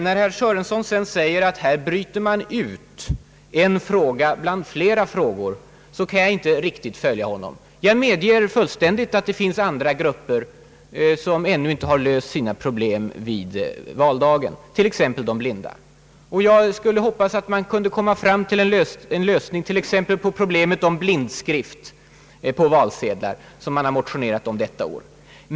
När herr Sörenson sedan säger att man här bryter ut en fråga bland flera frågor, så kan jag inte riktigt följa honom. Jag medger fullständigt att det finns andra grupper som ännu inte har löst sina problem på valdagen, t.ex. de blinda. Jag hade också hoppats att man skulle kunnat nå en lösning på t.ex. problemet om blindskrift på valsedlar, som man har motionerat om detta år.